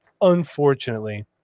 unfortunately